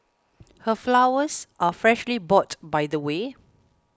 her flowers are freshly bought by the way